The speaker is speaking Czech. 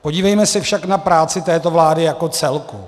Podívejme se však na práci této vlády jako celku.